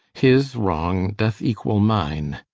his wrong doth equall mine.